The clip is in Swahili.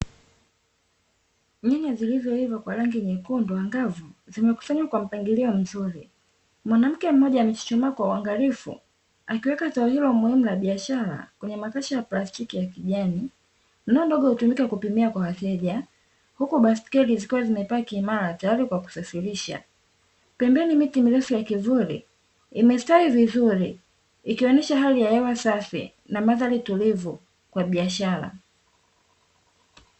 Nyanya zilizoiva kwa rangi nyekundu angavu, zimekusanywa kwa mpangilio mzuri. Mwanamke mmoja amechuchumaa kwa uangalifu, akiweka zao hilo muhimu la biashara kwenye makasha ya plastiki ya kijani, ndoo ndogo hutumika kupimia kwa wateja, huku baiskeli zikiwa zimepaki imara tayari kwa kusafirisha. Pembeni miti mirefu ya kivuli imestawi vizuri, ikionesha hali ya hewa safi na mandhari tulivu kwa biashara.